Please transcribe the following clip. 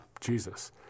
Jesus